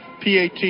PAT